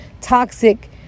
toxic